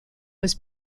was